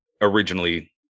originally